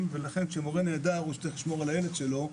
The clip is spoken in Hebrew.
ולכן כשמורה נעדר כי הוא צריך לשמור על הילד שלו,